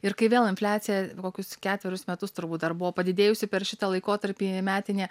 ir kai vėl infliacija kokius ketverius metus turbūt dar buvo padidėjusi per šitą laikotarpį metinė